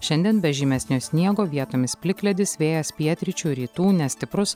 šiandien be žymesnio sniego vietomis plikledis vėjas pietryčių rytų nestiprus